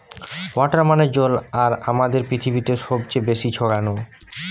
water মানে জল আর আমাদের পৃথিবীতে সবচে বেশি ছড়ানো